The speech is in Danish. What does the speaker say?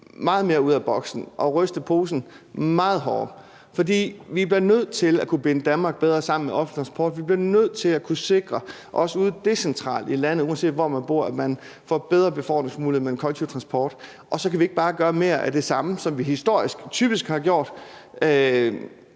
meget mere ud af boksen og ryste posen meget hårdere, for vi bliver nødt til at kunne binde Danmark bedre sammen med offentlig transport; vi bliver nødt til at kunne sikre, også ude decentralt i landet, at man, uanset hvor man bor, får bedre befordringsmuligheder med den kollektive transport. Og så kan vi ikke bare gøre mere af det samme, som vi historisk typisk har gjort,